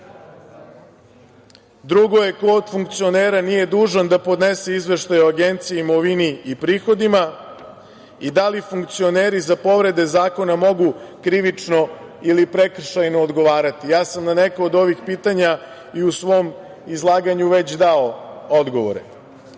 Drugo je, ko od funkcionera nije dužan da podnese Agenciji izveštaj o imovini i prihodima i da li će funkcioneri za povrede zakona krivično ili prekršajno odgovarati. Ja sam na neka od ovih pitanja i u svom izlaganju već dao odgovore. Kada